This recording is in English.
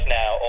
now